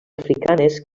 africanes